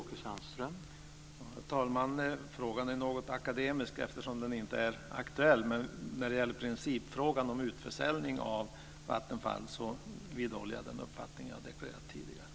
Herr talman! Frågan är något akademisk eftersom den inte är aktuell, men när det gäller principfrågan om utförsäljning av Vattenfall vidhåller jag den uppfattning jag har deklarerat tidigare.